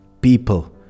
people